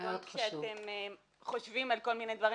כי אתם חושבים על כל מיני דברים,